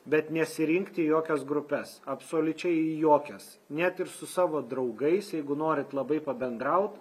bet nesirinkt į jokias grupes absoliučiai į jokias net ir su savo draugais jeigu norit labai pabendraut